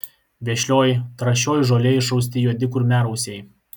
vešlioj trąšioj žolėj išrausti juodi kurmiarausiai